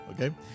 okay